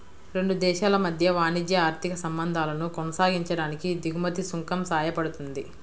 రెండు దేశాల మధ్య వాణిజ్య, ఆర్థిక సంబంధాలను కొనసాగించడానికి దిగుమతి సుంకం సాయపడుతుంది